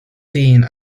seen